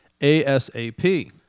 ASAP